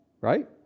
right